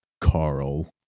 Carl